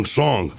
song